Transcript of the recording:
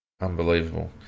Unbelievable